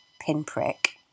pinprick